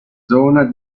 zona